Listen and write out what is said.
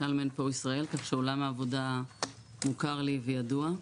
מנכ"ל מנפאואר ישראל כך שעולם העבודה מוכר לי וידוע.